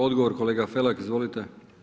Odgovor kolega Felak, izvolite.